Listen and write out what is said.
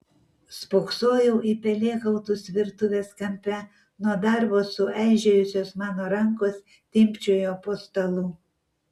spoksojau į pelėkautus virtuves kampe nuo darbo sueižėjusios mano rankos timpčiojo po stalu